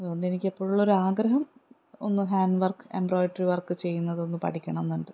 അതുകൊണ്ട് എനിക്ക് എപ്പോഴുള്ള ഒരാഗ്രഹം ഒന്ന് ഹാൻഡ് വർക്ക് എംബ്രോഡറി വർക്ക് ചെയ്യുന്നതൊന്ന് പഠിക്കണം എന്നുണ്ട്